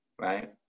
right